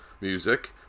music